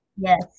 Yes